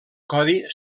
codi